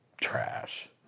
trash